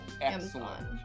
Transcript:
excellent